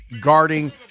guarding